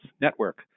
Network